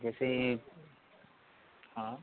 जैसे हाँ